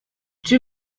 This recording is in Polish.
czy